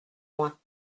moins